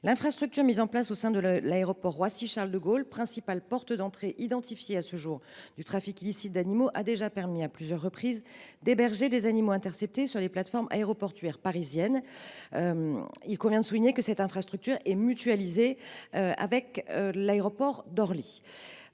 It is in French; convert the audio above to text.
L’infrastructure mise en place au sein de l’aéroport Roissy Charles de Gaulle, principale porte d’entrée identifiée du trafic illicite d’animaux, a déjà permis à plusieurs reprises d’héberger des animaux interceptés sur les plateformes aéroportuaires parisiennes. Il convient de souligner que cette infrastructure est mutualisée et permet